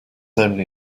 only